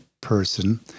person